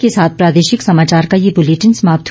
इसी के साथ प्रादेशिक समाचार का ये बुलेटिन समाप्त हुआ